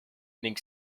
ning